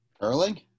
Curling